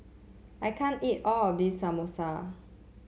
I can't eat all of this Samosa